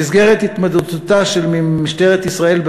במסגרת התמודדותה של משטרת ישראל עם